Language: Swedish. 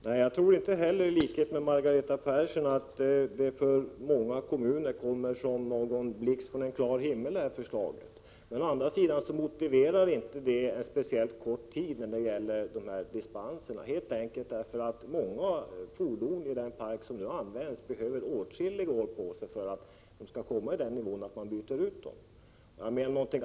Herr talman! Jag tror i likhet med Margareta Persson inte att detta förslag för särskilt många kommuner kommer som en blixt från en klar himmel. Men å andra sidan motiverar inte detta en kortare tid för dispenser. Det kommer helt enkelt att ta åtskilliga år innan många av bilarna i den fordonspark som nu används blir så gamla att de behöver bytas ut.